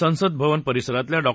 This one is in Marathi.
संसद भवन परिसरातल्या डॉ